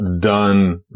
Done